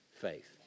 faith